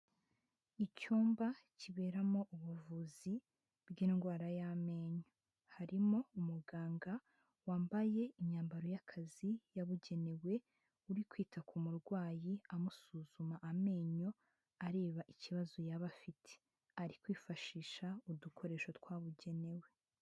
Icyumba kiberamo ubuvuzi bw'indwara y'amenyo. Harimo umuganga wambaye imyambaro y'akazi yabugenewe, uri kwita ku murwayi, amusuzuma amenyo, areba ikibazo yaba afite. Ari kwifashisha udukoresho twabugenewe.